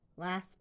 last